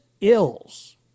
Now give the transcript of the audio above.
ills